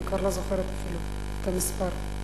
אני כבר לא זוכרת אפילו את המספר.